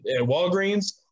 Walgreens